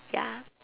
ya